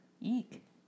Eek